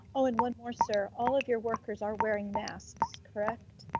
oh, and one more, sir, all of your workers are wearing masks, correct?